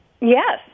Yes